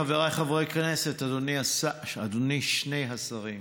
חבריי חברי הכנסת, אדוני השר, שני השרים,